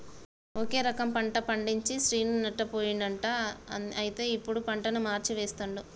ఒకే రకం పంట పండించి శ్రీను నష్టపోయిండు అంట అయితే ఇప్పుడు పంటను మార్చి వేస్తండు